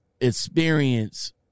experience